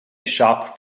shop